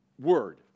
Word